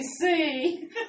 see